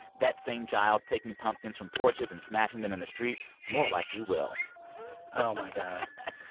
that same child taking pumpkins from porches and smashing them in the street more likely will oh, my god.